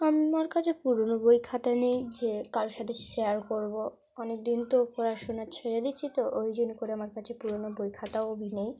আমার কাছে পুরোনো বই খাতা নেই যে কারোর সাথে শেয়ার করবো অনেক দিন তো পড়াশোনা ছেড়ে দিচ্ছি তো ওই জন্য করে আমার কাছে পুরোনো বই খাতাও নেই